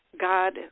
God